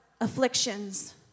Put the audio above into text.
afflictions